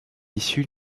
issu